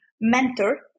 mentor